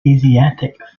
asiatic